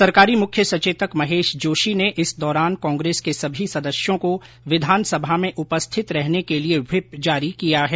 सरकारी मुख्य सचेतक महेश जोशी ने इस दौरान कांग्रेस के सभी सदस्यों को विधानसभा में उपस्थित रहने के लिए व्हिप जारी किया है